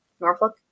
Norfolk